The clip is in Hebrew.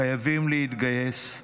חייבים להתגייס.